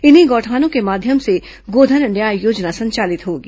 इन्हीं गौठानों के माध्यम से गोधन न्याय योजना संचालित होगी